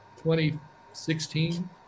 2016